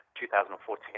2014